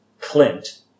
Clint